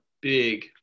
big